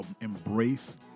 embrace